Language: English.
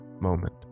moment